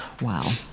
wow